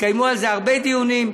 התקיימו על זה הרבה דיונים,